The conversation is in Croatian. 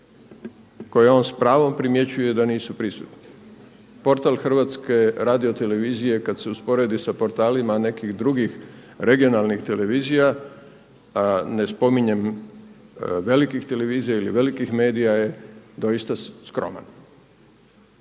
koje on s pravom primjećuje da nisu prisutni. Portal HRT-a kada se usporedi sa portalima nekih drugih regionalnih televizija ne spominjem, velikih televizija ili velikih medija je doista skroman.